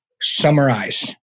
summarize